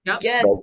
yes